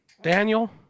Daniel